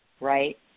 right